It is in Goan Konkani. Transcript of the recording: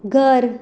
घर